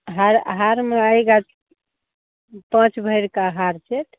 हार हार में आएगा पाँच मेहर का हार सेट